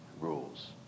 rules